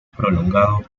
prolongado